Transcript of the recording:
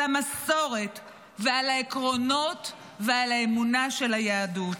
על המסורת, על העקרונות ועל האמונה של היהדות.